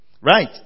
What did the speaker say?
Right